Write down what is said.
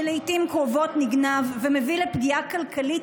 שלעיתים קרובות נגנב ומביא לפגיעה כלכלית